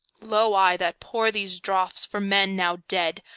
lo, i that pour these draughts for men now dead,